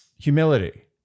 humility